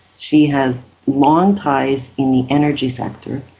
she has long ties in the energy sector,